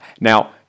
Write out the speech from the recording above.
Now